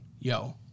yo